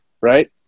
Right